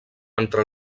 entre